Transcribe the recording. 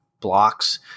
blocks